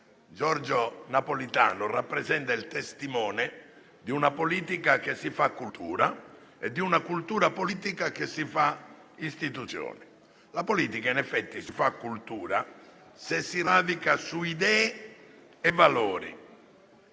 Giorgio Napolitano rappresenta il testimone di una politica che si fa cultura e di una cultura politica che si fa istituzione. La politica, in effetti, si fa cultura se si radica su idee e valori.